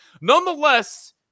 nonetheless